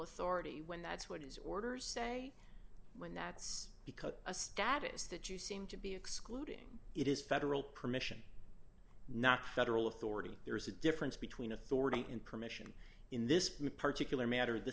authority when that's what his orders say when that's because a status that you seem to be excluding it is federal permission not federal authority there's a difference between authority and permission in this particular matter the